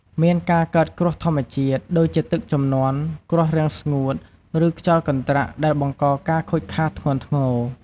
មានការកើតគ្រោះធម្មជាតិ ដូចជាទឹកជំនន់ គ្រោះរាំងស្ងួត ឬខ្យល់កន្ត្រាក់ដែលបង្កការខូចខាតធ្ងន់ធ្ងរ។